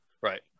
Right